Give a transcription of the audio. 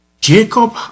Jacob